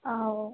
ಹಾಂ ಓ